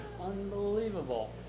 unbelievable